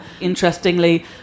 interestingly